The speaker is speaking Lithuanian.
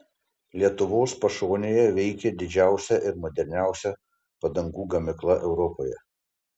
lietuvos pašonėje veikia didžiausia ir moderniausia padangų gamykla europoje